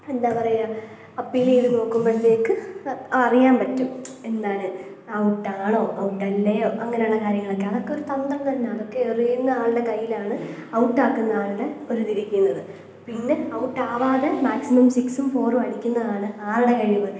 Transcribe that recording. എന്താണ് പറയുക അപ്പീൽ ചെയ്ത് നോക്കുമ്പോഴത്തേക്ക് അറിയാൻ പറ്റും എന്താണ് ഔട്ട് ആണോ ഔട്ട് അല്ലയോ അങ്ങനെയുള്ള കാര്യങ്ങളൊക്കെ അതൊക്കെ ഒരു തന്ത്രം തന്നെയാണ് അതൊക്കെ എറിയുന്ന ആളുടെ കയ്യിലാണ് ഔട്ട് ആക്കുന്ന ആളുടെ ഒരു ഇത് ഇരിക്കുന്നത് പിന്നെ ഔട്ട് ആവാതെ മാക്സിമം സിക്സും ഫോറും അടിക്കുന്നതാണ് ആരുടെ കഴിവ്